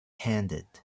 handed